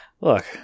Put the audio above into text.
look